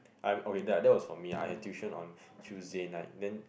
I'm okay that that was for me I had tuition on Tuesday night then